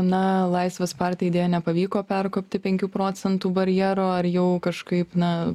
na laisvės partijai deja nepavyko perkopti penkių procentų barjero ar jau kažkaip na